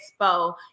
Expo